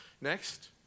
Next